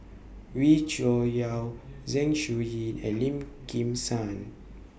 Wee Cho Yaw Zeng Shouyin and Lim Kim San